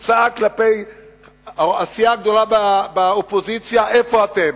כשהוא צעק כלפי הסיעה הגדולה באופוזיציה: איפה אתם?